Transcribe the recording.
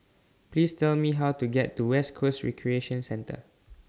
Please Tell Me How to get to West Coast Recreation Centre